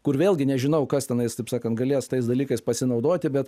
kur vėlgi nežinau kas tenais taip sakant galės tais dalykais pasinaudoti bet